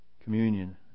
communion